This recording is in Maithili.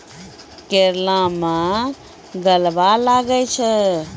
करेला मैं गलवा लागे छ?